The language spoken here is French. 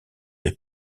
les